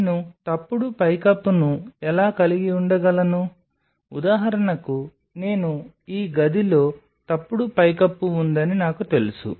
నేను తప్పుడు పైకప్పును ఎలా కలిగి ఉండగలను ఉదాహరణకు నేను ఈ గదిలో తప్పుడు పైకప్పు ఉందని నాకు తెలుసు